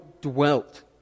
dwelt